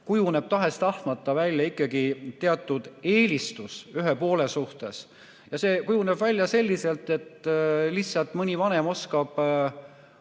kujuneb tahes-tahtmata välja ikkagi teatud eelistus ühe poole suhtes. See kujuneb välja selliselt, et lihtsalt mõni vanem oskab